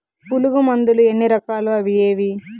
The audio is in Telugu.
పులుగు మందులు ఎన్ని రకాలు అవి ఏవి?